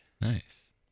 Nice